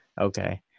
okay